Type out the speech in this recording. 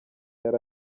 yari